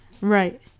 right